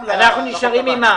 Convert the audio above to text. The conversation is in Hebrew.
אתם צריכים למצוא את הפתרון.